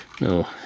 No